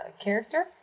character